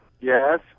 Yes